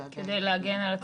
כדי להגן על הצוותים.